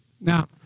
Now